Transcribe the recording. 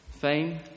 fame